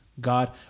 God